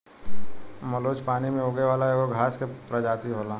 मुलच पानी में उगे वाला एगो घास के प्रजाति होला